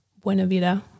Buenavida